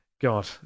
God